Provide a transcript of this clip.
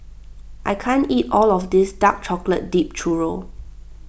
I can't eat all of this Dark Chocolate Dipped Churro